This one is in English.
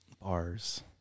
Bars